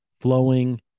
flowing